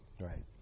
Right